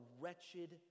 wretched